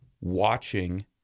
watching